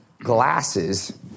glasses